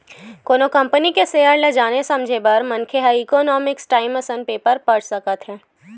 कोनो कंपनी के सेयर ल जाने समझे बर मनखे ह इकोनॉमिकस टाइमस असन पेपर पड़ सकत हे